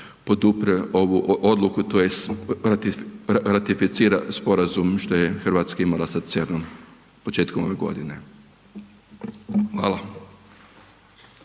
podupre ovu odluku tj. ratificira sporazum što je RH imala sa CERN-om početkom ove godine. Hvala.